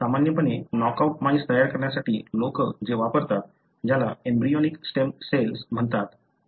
सामान्यपणे knockout mice तयार करण्यासाठी लोक जे वापरतात ज्याला एम्ब्रियोनिक स्टेम सेल्स म्हणतात